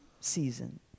season